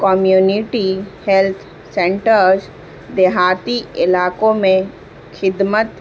community health centre دیہاتی علاقوں میں خدمت